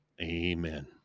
Amen